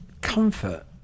comfort